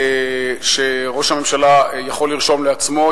שראש הממשלה יכול לרשום לעצמו.